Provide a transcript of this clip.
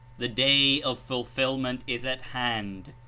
the day of fulfilment is at hand,